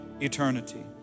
eternity